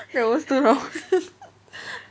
that was too long